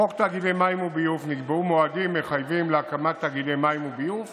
בחוק תאגידי מים וביוב נקבעו מועדים מחייבים להקמת תאגידי מים וביוב